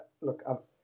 look